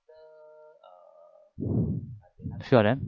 sure then